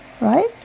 right